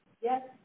yes